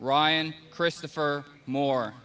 ryan christopher moore